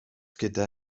gyda